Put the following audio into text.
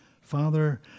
Father